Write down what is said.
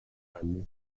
anni